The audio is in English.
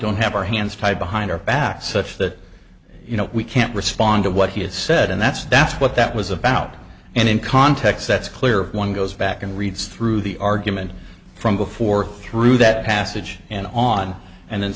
don't have our hands tied behind our backs such that you know we can't respond to what he has said and that's that's what that was about and in context that's clear one goes back and reads through the argument from before through that passage and on and then